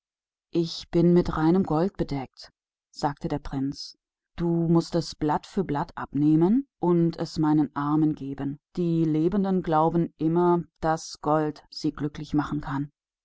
ich bin ganz mit feinem gold bedeckt sagte der prinz du mußt es abnehmen blatt für blatt und meinen armen geben die lebenden glauben immer daß gold sie glücklich machen kann